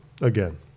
again